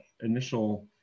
initial